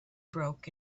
broke